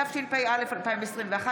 התשפ"א 2021,